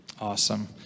Awesome